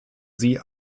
sie